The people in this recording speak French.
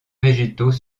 végétaux